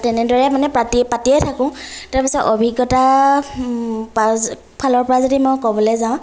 তেনেদৰে মানে পাতি পাতিয়ে থাকোঁ তাৰপিছত অভিজ্ঞতা পাজ ফালৰপৰা যদি মই ক'বলৈ যাওঁ